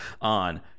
on